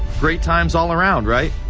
great times all around, right?